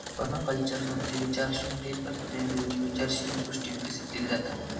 पर्माकल्चरमध्ये विचारशून्य प्रयत्नांऐवजी विचारशील दृष्टी विकसित केली जाता